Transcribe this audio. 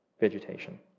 vegetation